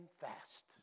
fast